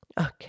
Okay